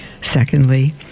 Secondly